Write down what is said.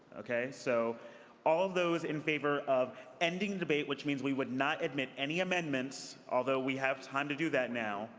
okay? so all of those in favor of ending debate, which means we would not admit any amendments, although we have time to do that now.